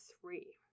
three